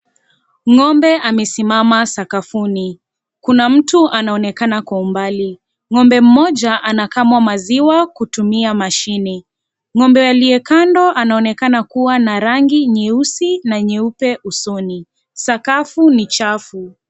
Ng'ombe amesimama sakafuni, kuna mtu anaonekana kwa umbali. Ng'ombe mmoja anakamwa maziwa kutumia machine ng'ombe aliye kando anaonekana kuwa na rangi nyeusi na nyeupe usoni, sakafu ni chafu.